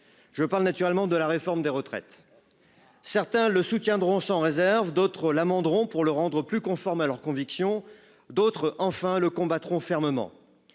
Je parle naturellement de la réforme des retraites. Certains le soutiendront sans réserve d'autres l'amenderont pour le rendre plus conforme à leurs convictions. D'autres enfin le combattront fermement.